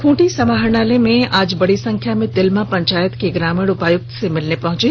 खूंटी समाहरणालय में आज बड़ी संख्या में तिलमा पंचायत के ग्रामीण उपायुक्त से मिलने पहुंचे